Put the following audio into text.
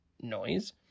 noise